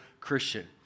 Christian